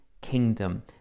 kingdom